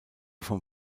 vom